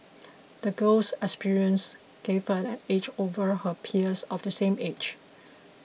the girl's experiences gave her an edge over her peers of the same age